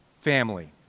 family